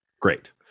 Great